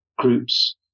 groups